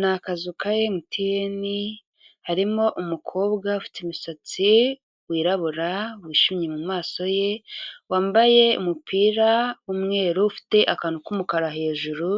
Ni akazu ka MTN, harimo umukobwa ufite imisatsi, wirabura, wishimye mu mumaso ye, wambaye umupira w'umweru, ufite akantu k'umukara hejuru,